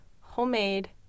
homemade